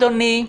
אדוני,